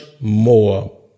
more